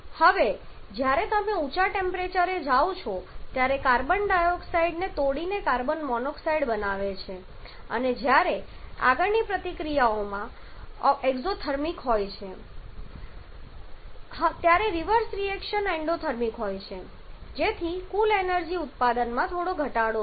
હવે જ્યારે તમે ઊંચા ટેમ્પરેચરે જાઓ છો ત્યારે કાર્બન ડાયોક્સાઈડને તોડીને કાર્બન મોનોક્સાઇડ બનાવે છે અને જ્યારે આગળની પ્રતિક્રિયા એક્ઝોથર્મિક હોય છે ત્યારે રિવર્સ રિએક્શન એન્ડોથર્મિક હોય છે જેથી કુલ થર્મલ એનર્જી ઉત્પાદનમાં થોડો ઘટાડો થાય છે